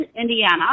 Indiana